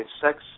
sex